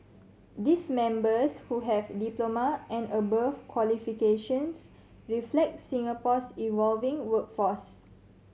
these members who have diploma and above qualifications reflect Singapore's evolving workforce